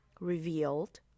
revealed